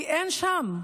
כי אין שם תקציב.